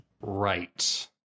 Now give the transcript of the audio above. Right